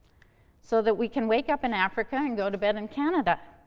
so that we can wake up in africa and go to bed in canada.